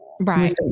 Right